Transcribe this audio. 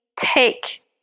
take